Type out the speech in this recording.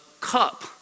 cup